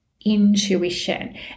intuition